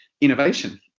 innovation